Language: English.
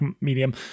medium